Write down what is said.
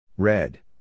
Red